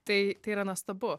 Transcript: tai yra nuostabu